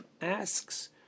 asks